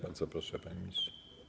Bardzo proszę, panie ministrze.